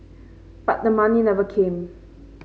but the money never came